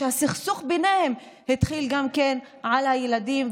הסכסוך ביניהם התחיל על הילדים,